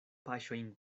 paŝojn